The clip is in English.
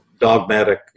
dogmatic